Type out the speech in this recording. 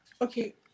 Okay